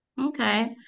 Okay